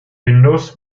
windows